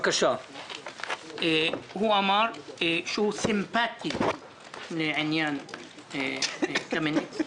הוא אמר שהוא סימפטי לעניין חוק קמיניץ.